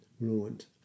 ruined